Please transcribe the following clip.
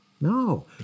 No